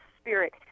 spirit